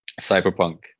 Cyberpunk